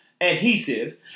adhesive